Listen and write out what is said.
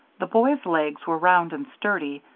the boys' legs were round and sturdy,